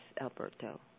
Alberto